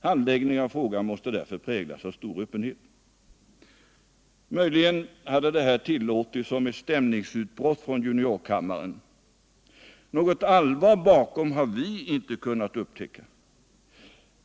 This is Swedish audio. Handläggningen av frågan måste därför präglas av stor öppenhet.” Möjligen kunde det här ha tillåtits som ett stämningsutbrott i juniorkammaren. Något allvar bakom har vi inte kunnat upptäcka.